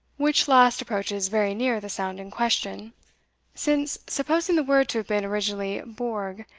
which last approaches very near the sound in question since, supposing the word to have been originally borgh,